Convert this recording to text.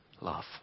love